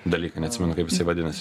dalyką neatsimenu kaip jisai vadinasi